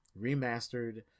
remastered